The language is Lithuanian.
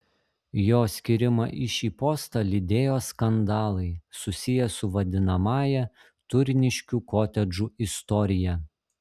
jo skyrimą į šį postą lydėjo skandalai susiję su vadinamąja turniškių kotedžų istorija